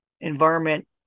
environment